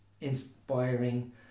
inspiring